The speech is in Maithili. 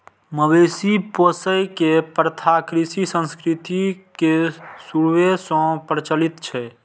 मवेशी पोसै के प्रथा कृषि संस्कृति के शुरूए सं प्रचलित छै